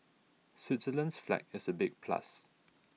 Switzerland's flag is a big plus